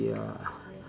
ya